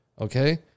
okay